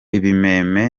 bimaze